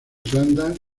irlanda